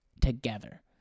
together